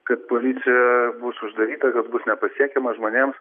kad policija bus uždaryta kad bus nepasiekiama žmonėms